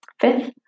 Fifth